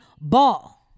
ball